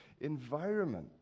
environment